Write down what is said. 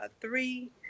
three